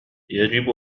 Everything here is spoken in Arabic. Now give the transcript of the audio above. يجب